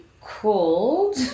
called